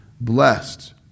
Blessed